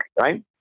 right